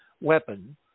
weapon